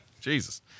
jesus